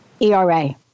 ERA